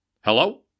Hello